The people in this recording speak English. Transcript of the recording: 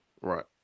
right